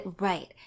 right